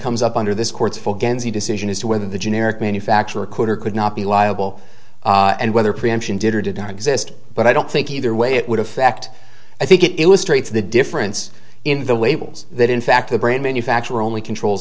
comes up under this court's full gansey decision as to whether the generic manufacturer could or could not be liable and whether preemption did or did not exist but i don't think either way it would affect i think it was straight to the difference in the labels that in fact the brand manufacturer only controls